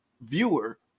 viewer